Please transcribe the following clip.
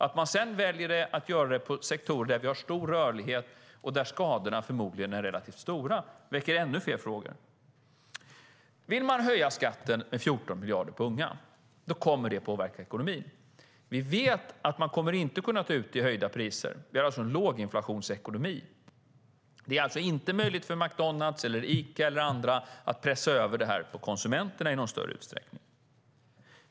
Att man sedan väljer att göra det på sektorer där det finns stor rörlighet och där skadorna förmodligen är relativt stora väcker ännu fler frågor. Om man vill höja skatten med 14 miljarder på unga kommer det att påverka ekonomin. Vi vet att man inte kommer att ta ut det i höjda priser. Det är alltså en låginflationsekonomi. Det är alltså inte möjligt för McDonalds, Ica eller andra att pressa över kostnaden på konsumenterna i någon större utsträckning.